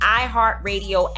iHeartRadio